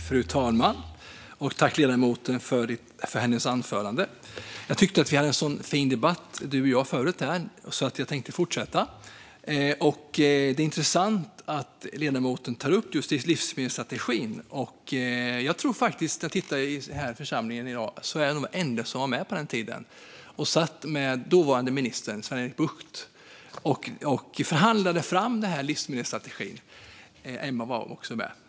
Fru talman! Jag tackar ledamoten för anförandet. Vi hade en fin debatt förut, så jag tänkte fortsätta. Det är intressant att ledamoten tar upp just livsmedelsstrategin. Jag tror faktiskt att jag är den ende här i församlingen i dag som var med på den tiden och satt med dåvarande ministern Sven-Erik Bucht och förhandlade fram livsmedelsstrategin. Nej, Emma Nohrén var också med.